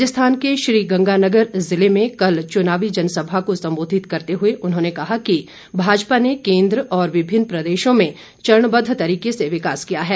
राजस्थान के श्रीगंगानगर ज़िले में कल चुनावी जनसभा को संबोधित करते हुए उन्होंने कहा कि भाजपा ने केन्द्र और विभिन्न प्रदेशों में चरणबद्व तरीके से विकास किया है